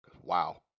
Wow